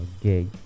gig